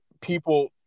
people